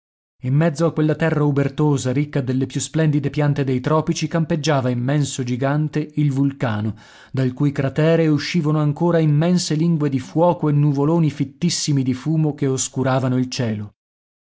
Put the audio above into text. in mezzo a quella terra ubertosa ricca delle più splendide piante dei tropici campeggiava immenso gigante il vulcano dal cui cratere uscivano ancora immense lingue di fuoco e nuvoloni fittissimi di fumo che oscuravano il cielo